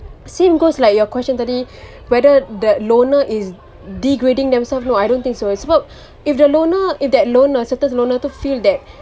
same goes like your question tadi whether that loner is degrading themselves no I don't think so sebab if the loner if that loner sometimes loner tu feels that